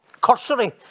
cursory